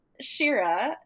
Shira